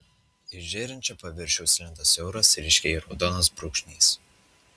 iš žėrinčio paviršiaus lindo siauras ryškiai raudonas brūkšnys